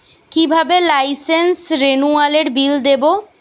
কিভাবে লাইসেন্স রেনুয়ালের বিল দেবো?